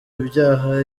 ibyaha